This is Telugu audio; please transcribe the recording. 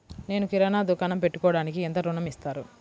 నేను కిరాణా దుకాణం పెట్టుకోడానికి ఎంత ఋణం ఇస్తారు?